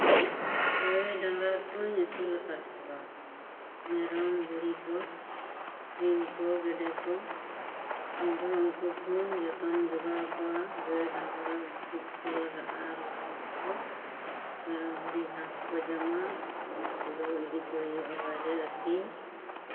ᱜᱟᱹᱭ ᱰᱟᱝᱨᱟ ᱠᱚᱸᱧ ᱟᱹᱥᱩᱞ ᱟᱠᱟᱫ ᱠᱚᱣᱟ ᱢᱮᱨᱚᱢ ᱵᱷᱤᱲᱤ ᱠᱚ ᱥᱤᱢ ᱠᱚ ᱜᱮᱰᱮ ᱠᱚ ᱤᱧ ᱫᱚ ᱩᱱᱠᱩ ᱠᱚᱸᱧ ᱡᱚᱛᱚᱱ ᱡᱚᱜᱟᱣ ᱠᱚᱣᱟ ᱜᱟᱹᱭ ᱰᱟᱝᱨᱟ ᱵᱩᱥᱩᱵ ᱠᱚ ᱞᱟᱜᱟᱜᱼᱟ ᱞᱩᱵᱩᱜ ᱠᱚ ᱢᱮᱨᱚᱢ ᱵᱷᱤᱲᱤ ᱜᱷᱟᱥ ᱠᱚ ᱡᱚᱢᱟ ᱩᱱᱠᱩ ᱠᱚ ᱤᱫᱤ ᱠᱚ ᱦᱩᱭᱩᱜᱼᱟ ᱵᱟᱭᱨᱮ ᱟᱛᱤᱧ